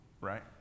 right